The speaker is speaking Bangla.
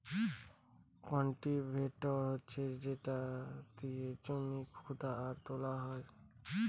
কাল্টিভেটর হচ্ছে যেটা দিয়ে জমি খুদা আর তোলা হয়